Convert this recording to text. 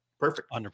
Perfect